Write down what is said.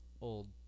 old